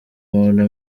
muntu